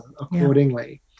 accordingly